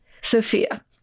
Sophia